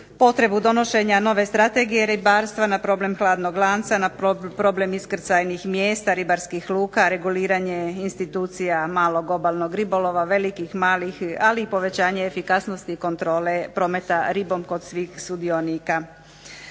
potrebu donošenje strategije ribarstva, na problem hladnog lanca, na problem iskrcajnih mjesta, ribarskih luka, reguliranje institucija malog obalnog ribolova, velikih malih ali i povećanje efikasnosti kontrole prometa ribom kod svih sudionika.